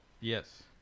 Yes